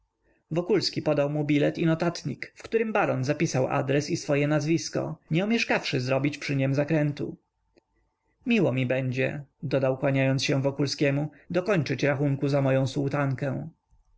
wokulski wokulski podał mu bilet i notatnik w którym baron zapisał adres i swoje nazwisko nie omieszkawszy zrobić przy niem zakrętu miło mi będzie dodał kłaniając się wokulskiemu dokończyć rachunku za moję sułtankę